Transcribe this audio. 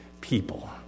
people